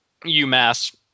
UMass